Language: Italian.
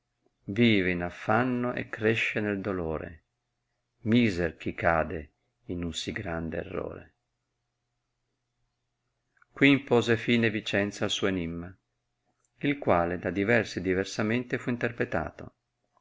vive in affanno e cresce nel dolore miser chi cade in un sì grande errore qui impose fine vicenza al suo enimma il quale da diversi diversamente fu interpretato